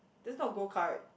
that's not go kart